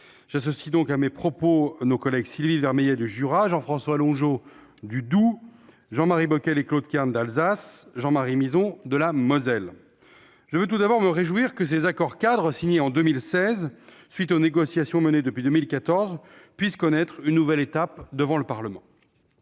J'associe à mes propos nos collègues Sylvie Vermeillet, du Jura, Jean-François Longeot, du Doubs, Jean-Marie Bockel et Claude Kern, d'Alsace, Jean-Marie Mizzon, de la Moselle. Je veux tout d'abord me réjouir que l'approbation de ces accords-cadres, signés en 2016, au terme de négociations menées depuis 2014, puisse connaître une nouvelle étape devant le Parlement.